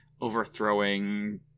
Overthrowing